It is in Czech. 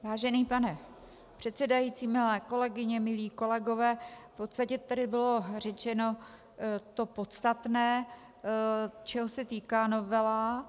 Vážený pane předsedající, milé kolegyně, milí kolegové, v podstatě tady bylo řečeno to podstatné, čeho se týká novela.